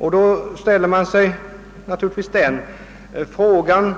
Man ställer sig naturligtvis då frågan: